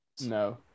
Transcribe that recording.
No